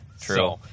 True